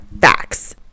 facts